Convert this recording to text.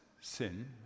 sin